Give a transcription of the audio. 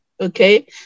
Okay